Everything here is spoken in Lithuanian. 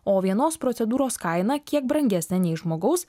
o vienos procedūros kaina kiek brangesnė nei žmogaus